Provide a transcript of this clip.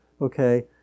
okay